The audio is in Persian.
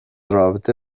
رابطه